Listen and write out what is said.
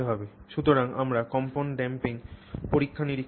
সুতরাং আমরা কম্পন ড্যাম্পিং পরীক্ষা নিরীক্ষা করব